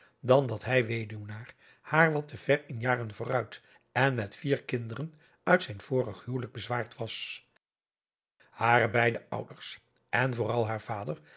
dan dat hij weduwenaar haar wat te adriaan loosjes pzn het leven van johannes wouter blommesteyn ver in jaren vooruit en met vier kinderen uit zijn vorig huwelijk bezwaard was hare beide ouders en vooral haar vader